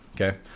Okay